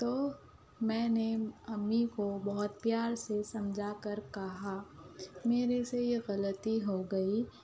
تو میں نے امی کو بہت پیار سے سمجھا کر کہا میرے سے یہ غلطی ہو گئی